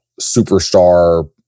superstar